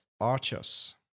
archers